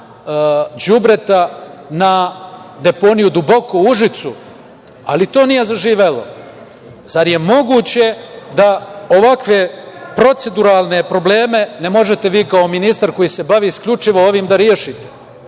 đubreta na deponiju „Duboko“ u Užicu, ali ni to nije zaživelo. Zar je moguće da ovakve proceduralne probleme ne možete vi, kao ministar koji se bavi isključivo ovim, da rešite?